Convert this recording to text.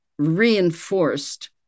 reinforced